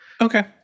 Okay